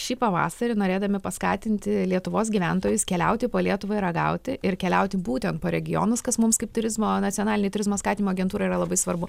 šį pavasarį norėdami paskatinti lietuvos gyventojus keliauti po lietuvą ir ragauti ir keliauti būtent po regionus kas mums kaip turizmo nacionalinei turizmo skatinimo agentūrai yra labai svarbu